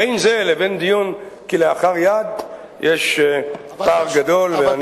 בין זה לבין דיון כלאחר יד יש פער גדול.